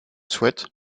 souhaite